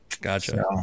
gotcha